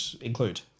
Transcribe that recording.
include